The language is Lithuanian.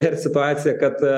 ir situaciją kad